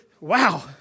Wow